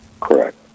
Correct